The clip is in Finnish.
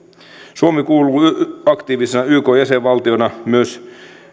suomi kuuluu aktiivisena ykn jäsenvaltiona myös